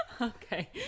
Okay